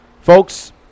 folks